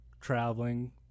traveling